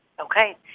Okay